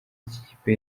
ikipe